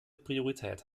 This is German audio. priorität